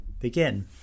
begin